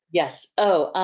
yes, oh.